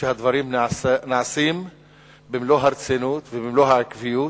שהדברים נעשים במלוא הרצינות ובמלוא העקביות.